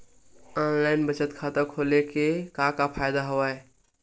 online बचत खाता खोले के का का फ़ायदा हवय